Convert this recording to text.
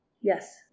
Yes